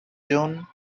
june